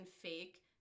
fake